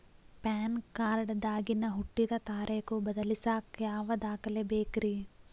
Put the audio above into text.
PAN card ದಾಗಿನ ಹುಟ್ಟಿದ ತಾರೇಖು ಬದಲಿಸಾಕ್ ಯಾವ ದಾಖಲೆ ಬೇಕ್ರಿ?